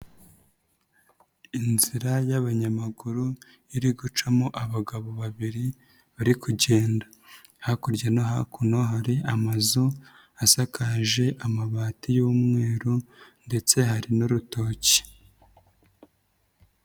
Inzira y'abanyamaguru iri gucamo abagabo babiri bari kugenda, hakurya no hakuno hari amazu asakaje amabati y'umweru ndetse hari n'urutoki.